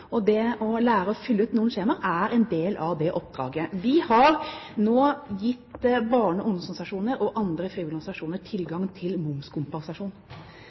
og det å lære å fylle ut noen skjemaer er en del av det oppdraget. Vi har nå gitt barne- og ungdomsorganisasjoner og andre frivillige organisasjoner tilgang til momskompensasjon.